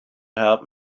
help